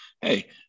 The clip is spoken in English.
Hey